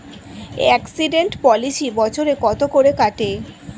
Accident policy বছরে কত করে কাটে?